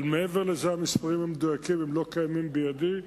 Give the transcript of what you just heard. אבל מעבר לזה, המספרים המדויקים לא קיימים בידי.